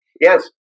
Yes